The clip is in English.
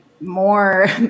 more